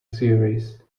series